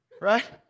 Right